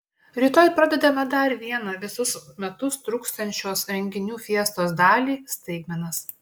rytoj pradedame dar vieną visus metus truksiančios renginių fiestos dalį staigmenas